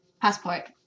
Passport